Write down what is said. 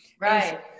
Right